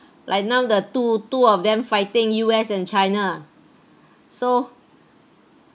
like now the two two of them fighting U_S and china so